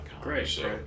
Great